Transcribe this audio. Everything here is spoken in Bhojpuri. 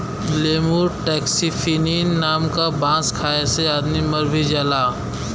लेमुर टैक्सीफिलिन नाम क बांस खाये से आदमी मर भी जाला